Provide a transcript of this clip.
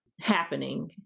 happening